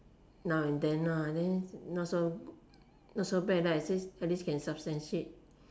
now and then ah then not so not so bad lah at least can substantiate